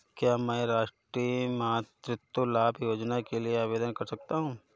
क्या मैं राष्ट्रीय मातृत्व लाभ योजना के लिए आवेदन कर सकता हूँ?